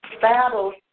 battles